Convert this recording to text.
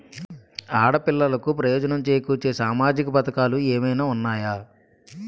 ఆడపిల్లలకు ప్రయోజనం చేకూర్చే సామాజిక పథకాలు ఏమైనా ఉన్నాయా?